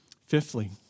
Fifthly